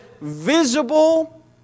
visible